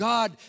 God